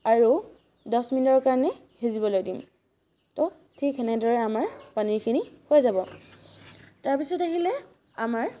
আৰু দহ মিনিটৰ কাৰণে সিজিবলৈ দিম তো ঠিক সেনেদৰে আমাৰ পনীৰখিনি হৈ যাব তাৰপিছত আহিলে আমাৰ